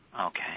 okay